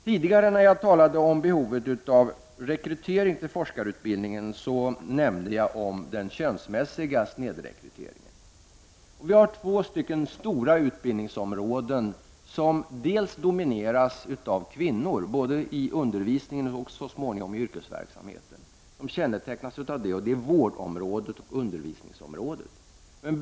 När jag tidigare talade om behovet av rekrytering till forskarutbildningen nämnde jag den könsmässiga snedrekryteringen, Vi har två stora utbildningsområden som domineras av kvinnor både i undervisningen och i yrkesverksamheten, och det är vårdområdet och undervisningsområdet.